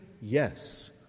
yes